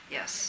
Yes